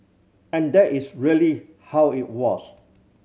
and that is really how it was